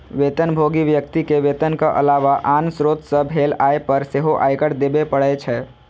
वेतनभोगी व्यक्ति कें वेतनक अलावा आन स्रोत सं भेल आय पर सेहो आयकर देबे पड़ै छै